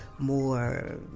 more